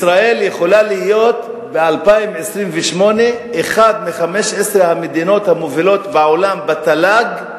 ישראל יכולה להיות ב-2028 אחת מ-15 המדינות המובילות בעולם בתל"ג,